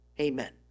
Amen